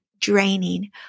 draining